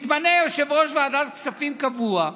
מתמנה יושב-ראש ועדת כספים קבוע,